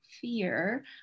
fear